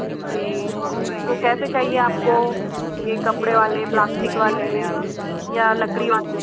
जी कौन तो कैसे चाहिए आपको ये कपड़े वाले प्लास्टिक वाले या लकड़ी वाले